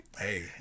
Hey